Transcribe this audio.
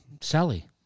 Sally